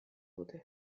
dute